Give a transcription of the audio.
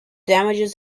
damages